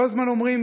כל הזמן אומרים: